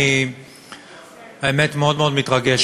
אני מאוד מאוד מתרגש,